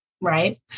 right